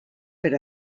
per